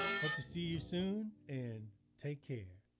hope to see you soon and take care!